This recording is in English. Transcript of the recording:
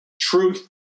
truth